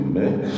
mix